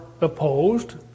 opposed